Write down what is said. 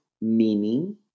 meaning